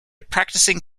practising